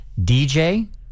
DJ